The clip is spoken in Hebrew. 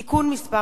(תיקון מס'